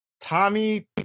Tommy